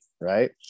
right